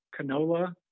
canola